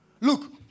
Look